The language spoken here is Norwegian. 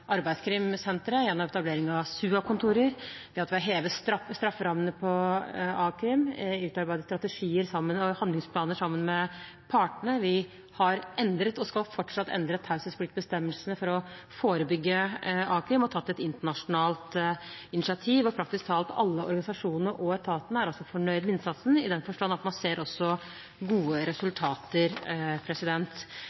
gjennom etablering av SUA-kontorer, ved at vi har hevet strafferammene når det gjelder arbeidslivskriminalitet, og utarbeidet strategier og handlingsplaner sammen med partene. Vi har endret og skal fortsatt endre taushetspliktsbestemmelsene for å forebygge arbeidslivskriminalitet og har tatt et internasjonalt initiativ. Praktisk talt alle organisasjonene og etatene er også fornøyd med innsatsen, i den forstand at man også ser gode resultater. Jeg reagerer også